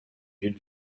ville